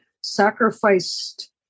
sacrificed